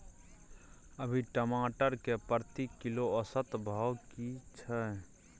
अभी टमाटर के प्रति किलो औसत भाव की छै?